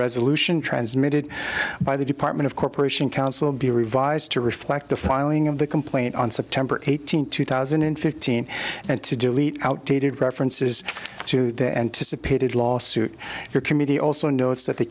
resolution transmitted by the department of corporation council be revised to reflect the filing of the complaint on september eighteenth two thousand and fifteen and to delete outdated references to the anticipated lawsuit if your committee also notes that the